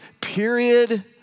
period